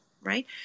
right